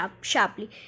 sharply